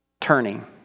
turning